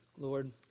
Lord